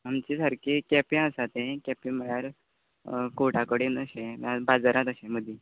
आमचें सारकें केंप्यां आसा तें केंपे म्हणल्यार कोटा कडेन अशें ना बाजारात अशें मदीं